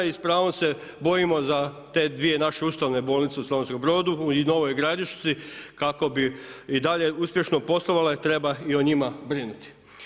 I s pravom se bojimo za te dvije naše ustavne bolnice u Slavonskom Brodu i Novoj Gradišci kako bi i dalje uspješno poslovale treba i o njima brinuti.